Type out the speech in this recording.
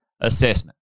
assessment